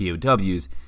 POWs